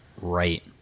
right